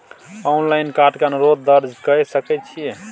Online card के अनुरोध दर्ज के सकै छियै?